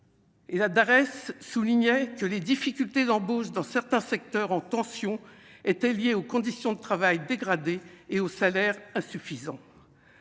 Et l'adresse soulignait que les difficultés d'embauche dans certains secteurs en tension était lié aux conditions de travail dégradées et aux salaires insuffisants